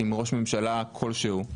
אם ראש ממשלה כלשהו,